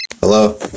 Hello